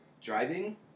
driving